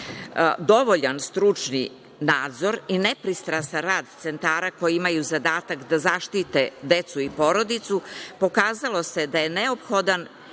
dovoljan stručni nadzor i nepristrasan rad centara koji imaju zadatak da zaštite decu i porodicu, pokazalo se da je neophodan